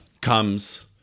comes